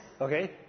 Okay